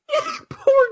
Poor